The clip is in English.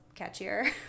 catchier